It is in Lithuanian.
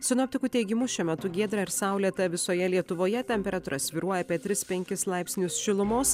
sinoptikų teigimu šiuo metu giedra ir saulėta visoje lietuvoje temperatūra svyruoja apie tris penkis laipsnius šilumos